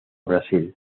brasil